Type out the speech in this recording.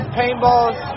paintballs